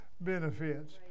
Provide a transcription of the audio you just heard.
benefits